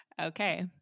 okay